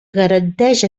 garanteix